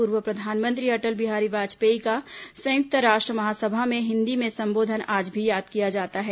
पूर्व प्रधानमंत्री अटल बिहारी वाजपेयी का संयुक्त राष्ट्र महासभा में हिंदी में संबोधन आज भी याद किया जाता है